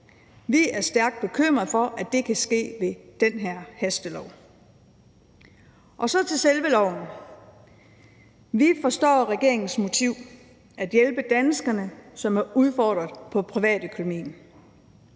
Vi er stærkt bekymrede for, at det kan ske med det her hastelovforslag. Så til selve lovforslaget. Vi forstår regeringens motiv: at hjælpe danskerne, som er udfordret på privatøkonomien.